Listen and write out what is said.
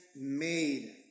made